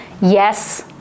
yes